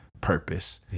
purpose